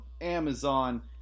Amazon